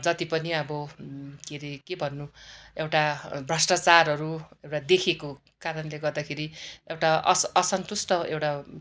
जति पनि आबो के हरे के भन्नु एउटा भ्रष्टाचारहरू एउडा देखेको कारणले गर्दाखेरि एउटा अस्असन्तुष्ट एउडा